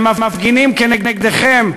הם מפגינים נגדכם,